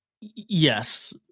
Yes